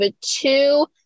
two